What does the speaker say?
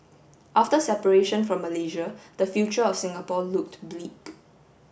after separation from Malaysia the future of Singapore looked bleak